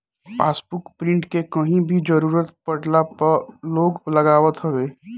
passbook print के कहीं भी जरुरत पड़ला पअ लोग लगावत हवे